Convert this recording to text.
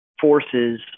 forces